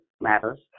Matters